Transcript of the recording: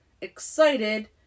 excited